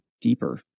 deeper